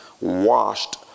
washed